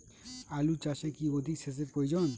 আলু চাষে কি অধিক সেচের প্রয়োজন?